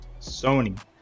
Sony